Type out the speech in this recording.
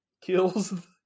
kills